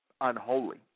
unholy